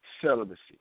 Celibacy